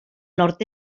nord